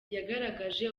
yagaragaje